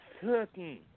certain